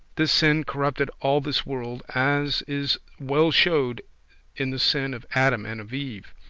this sin corrupted all this world, as is well shewed in the sin of adam and of eve.